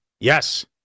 Yes